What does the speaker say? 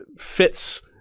fits